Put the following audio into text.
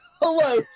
Hello